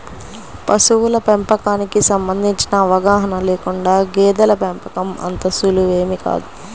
పశువుల పెంపకానికి సంబంధించిన అవగాహన లేకుండా గేదెల పెంపకం అంత సులువేమీ కాదు